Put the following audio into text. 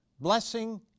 Blessing